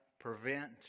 prevent